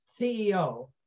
CEO